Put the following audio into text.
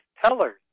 tellers